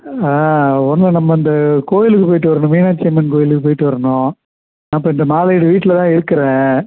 ஆ ஒன்றும் நம்ம இந்த கோயிலுக்கு போய்விட்டு வரணும் மீனாட்சி அம்மன் கோயிலுக்கு போய்விட்டு வரணும் நான் இப்போ இந்த மாலையீடு வீட்டில்தான் இருக்கிறேன்